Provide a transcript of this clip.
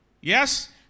Yes